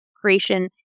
creation